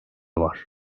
var